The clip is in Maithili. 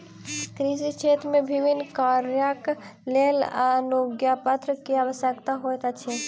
कृषि क्षेत्र मे विभिन्न कार्यक लेल अनुज्ञापत्र के आवश्यकता होइत अछि